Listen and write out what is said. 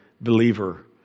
believer